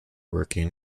working